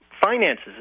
finances